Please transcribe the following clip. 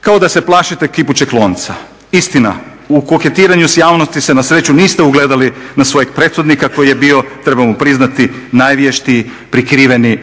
kao da se plašite kipućeg lonca. Istina, u koketiranju s javnosti se na sreću niste ugledali na svojeg prethodnika koji je bio treba mu priznati najvještiji prikriveni